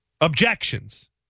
Objections